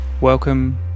Welcome